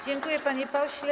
Dziękuję, panie pośle.